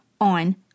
on